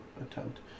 attempt